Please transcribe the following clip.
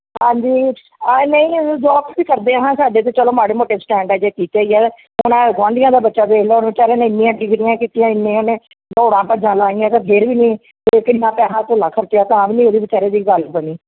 ਹਾਂਜੀ ਨਹੀਂ ਜੋਬ ਤਾਂ ਕਰਦੇ ਆ ਸਾਡੇ ਤਾਂ ਚਲੋ ਮਾੜੇ ਮੋਟੇ ਸਟੈਂਡ ਅਜੇ ਕੀਤੇ ਹੀ ਹੈ ਹੁਣ ਇਹ ਗੁਆਂਢੀਆਂ ਦਾ ਬੱਚਾ ਦੇਖ ਲਓ ਵਿਚਾਰੇ ਨੇ ਇੰਨੀਆਂ ਡਿਗਰੀਆਂ ਕੀਤੀਆਂ ਇੰਨੀ ਉਹਨੇ ਦੌੜਾਂ ਭੱਜਾਂ ਲਾਈਆਂ ਅਤੇ ਫਿਰ ਵੀ ਨਹੀਂ ਅਤੇ ਕਿੰਨਾ ਪੈਸਾ ਧੇਲਾ ਖਰਚਿਆ ਤਾਂ ਵੀ ਨਹੀਂ ਉਹਦੇ ਵਿਚਾਰੇ ਦੀ ਗੱਲ ਬਣੀ